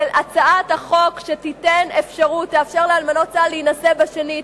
הצעת החוק שתאפשר לאלמנות צה"ל להינשא בשנית,